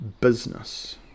business